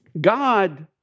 God